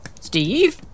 Steve